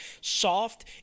soft